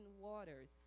waters